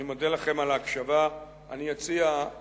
אני מודה לכם על ההקשבה, וברשותכם,